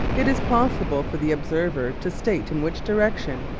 it is possible for the observer to state in which direction,